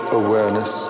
awareness